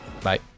Bye